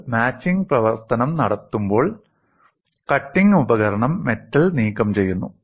നിങ്ങൾ മാച്ചിംഗ് പ്രവർത്തനം നടത്തുമ്പോൾ കട്ടിംഗ് ഉപകരണം മെറ്റൽ നീക്കംചെയ്യുന്നു